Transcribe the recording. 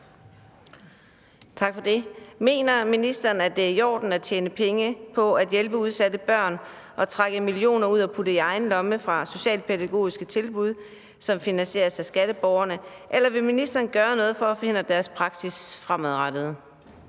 Mener ministeren, at det er i orden at tjene penge på at hjælpe udsatte børn og trække millioner ud og putte i egen lomme fra socialpædagogiske tilbud, som finansieres af skatteborgerne, eller vil ministeren gøre noget for at forhindre denne praksis fremadrettet?